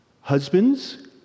husbands